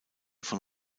von